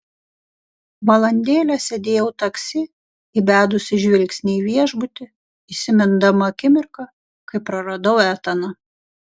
valandėlę sėdėjau taksi įbedusi žvilgsnį į viešbutį įsimindama akimirką kai praradau etaną